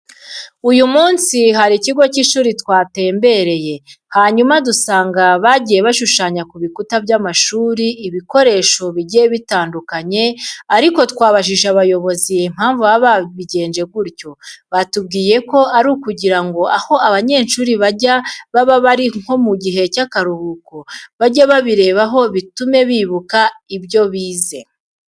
Uyu munsi hari ikigo cy'ishuri twatembereyemo, hanyuma dusanga bagiye bashushanya ku bikuta by'amashuri ibikorsesho bigiye bitandukanye ariko twabajije abayobozi impamvu baba babigenje gutyo, batubwira ko ari ukugira ngo aho abanyeshuri bazajya baba bari nko mu gihe cy'akaruhuko, bajye babirebaho bitume bibuka ibyo bize.